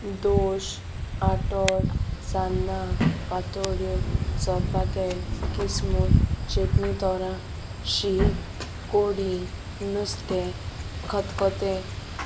दोश आटोर सान्नां पातोळ्यो सोरपातेल किस्मूर चेपणी तोरां शीत कोडी नुस्तें खतखतें